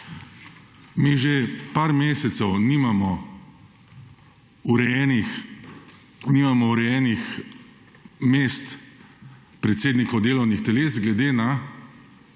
Mi že nekaj mesecev nimamo urejenih mest predsednikov delovnih teles glede na